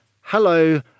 hello